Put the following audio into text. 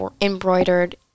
embroidered